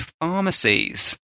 pharmacies